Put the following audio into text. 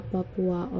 Papua